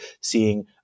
seeing